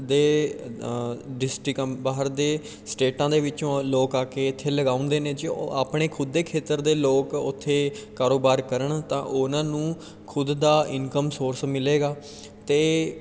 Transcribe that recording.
ਦੇ ਡਿਸਟਿਕਾਂ ਬਾਹਰ ਦੇ ਸਟੇਟਾਂ ਦੇ ਵਿੱਚੋਂ ਲੋਕ ਆ ਕੀ ਇੱਥੇ ਲਗਾਉਂਦੇ ਨੇ ਜੇ ਉਹ ਆਪਣੇ ਖੁਦ ਦੇ ਖੇਤਰ ਦੇ ਲੋਕ ਉੱਥੇ ਕਾਰੋਬਾਰ ਕਰਨ ਤਾਂ ਉਹਨਾਂ ਨੂੰ ਖੁਦ ਦਾ ਇਨਕਮ ਸੋਰਸ ਮਿਲੇਗਾ ਅਤੇ